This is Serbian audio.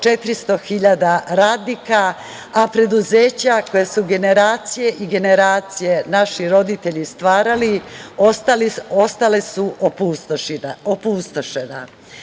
hiljada radnika, a preduzeća, koja su generacije i generacije, naši roditelji stvarali, ostale su opustošena. Žuto